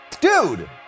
Dude